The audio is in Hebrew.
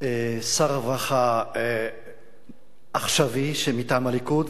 שר רווחה עכשווי מטעם הליכוד,